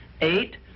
eight